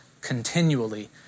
continually